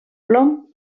plom